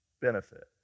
benefit